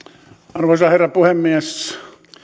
arvoisa herra puhemies